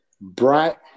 Bright